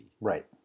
Right